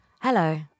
Hello